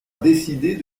décider